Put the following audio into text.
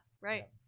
right